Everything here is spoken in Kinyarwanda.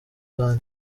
zanjye